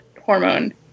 hormone